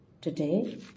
Today